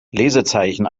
lesezeichen